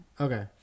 Okay